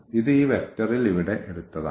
ഇത് ഈ വെക്റ്ററിൽ ഇവിടെ എടുത്തതാണ്